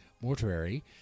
mortuary